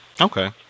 Okay